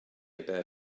about